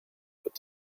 but